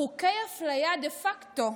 חוקי אפליה דה פקטו,